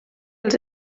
els